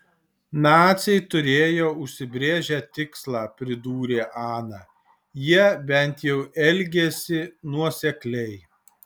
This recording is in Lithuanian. naciai turėjo užsibrėžę tikslą pridūrė ana jie bent jau elgėsi nuosekliai